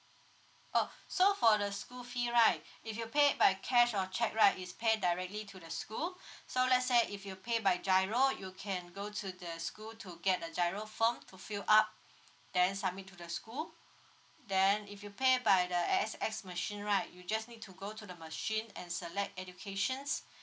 oh so for the school fee right if you pay it by cash or cheque right it's pay directly to the school so let say if you pay by giro you can go to the school to get the giro form to fill up then submit to the school then if you pay by the A_X_S machine right you just need to go to the machine and select educations